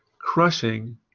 crushing